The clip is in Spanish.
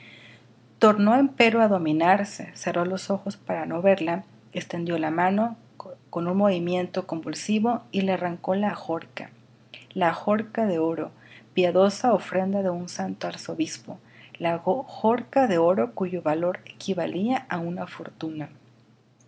sentido tornó empero á dominarse cerró los ojos para no verla extendió la mano con un movimiento convulsivo y le arrancó la ajorca de oro piadosa ofrenda de un santo arzobispo la ajorca de oro cuyo valor equivalía á una fortuna